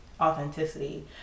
authenticity